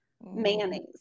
mayonnaise